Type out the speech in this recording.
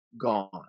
gone